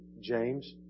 James